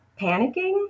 panicking